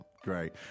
Great